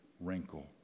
wrinkle